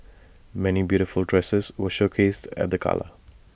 many beautiful dresses were showcased at the gala